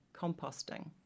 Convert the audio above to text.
composting